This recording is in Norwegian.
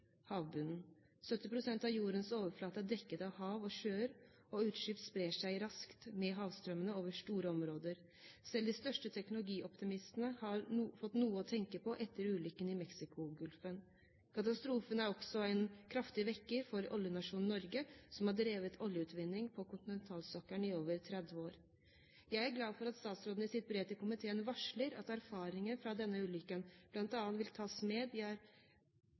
av jordens overflate er dekket av hav og sjø, og utslipp sprer seg raskt med havstrømmene over store områder. Selv de største teknologioptimistene har fått noe å tenke på etter ulykken i Mexicogolfen. Katastrofen er også en kraftig vekker for oljenasjonen Norge, som har drevet oljeutvinning på kontinentalsokkelen i over 30 år. Jeg er glad for at statsråden i sitt brev til komiteen varsler at erfaringer fra denne ulykken bl.a. vil tas med i